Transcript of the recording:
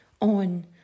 on